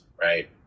right